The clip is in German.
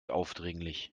aufdringlich